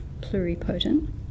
pluripotent